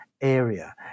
area